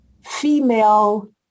female